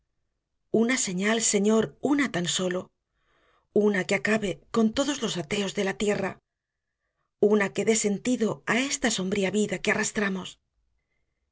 una señal señor una tan sólo una que acabe con todos los ateos de la tierra una que dé sentido á esta sombría vida que arrastramos